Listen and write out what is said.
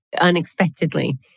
unexpectedly